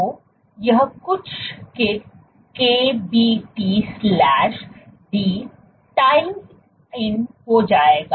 तो यह कुछ के KBTd times ln हो जाएगा